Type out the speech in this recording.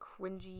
cringy